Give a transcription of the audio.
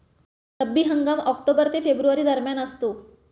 रब्बी हंगाम ऑक्टोबर ते फेब्रुवारी दरम्यान असतो